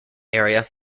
area